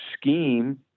scheme